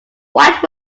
white